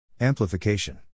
Amplification